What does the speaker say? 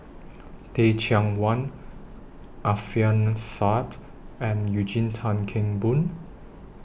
Teh Cheang Wan Alfian Sa'at and Eugene Tan Kheng Boon